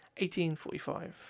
1845